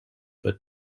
but